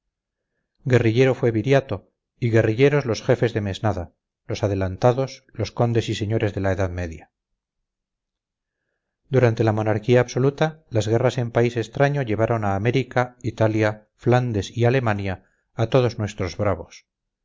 guerrillero fue viriato y guerrilleros los jefes de mesnada los adelantados los condes y señores de la edad media durante la monarquía absoluta las guerras en país extraño llevaron a américa italia flandes y alemania a todos nuestros bravos